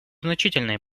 значительные